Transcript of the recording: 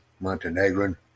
Montenegrin